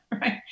right